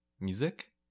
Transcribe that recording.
music